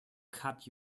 cut